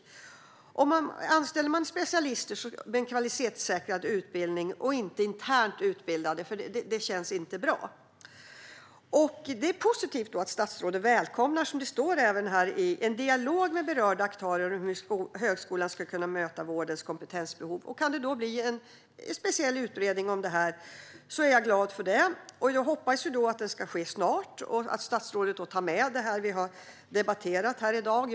Då ska man anställa specialister med kvalitetssäkrad utbildning och inte internt utbildade, för annars känns det inte bra. Det är positivt att statsrådet välkomnar en dialog med berörda aktörer om hur högskolan ska kunna möta vårdens kompetensbehov. Kan det då bli en speciell utredning om detta är jag glad för det. Jag hoppas i så fall att den ska ske snart och att statsrådet då tar med sig det som vi har debatterat här i dag.